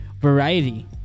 variety